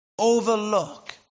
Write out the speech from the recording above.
overlook